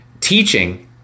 teaching